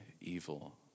evil